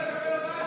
זה בניגוד לתקנון.